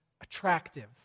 attractive